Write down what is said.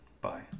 bye